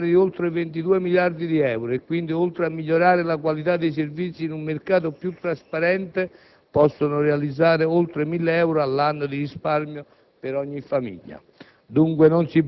per un giro d'affari di oltre 22 miliardi di euro e, quindi, oltre a migliorare la qualità dei servizi in un mercato più trasparente, possono realizzare oltre 1.000 euro l'anno di risparmio per ogni famiglia.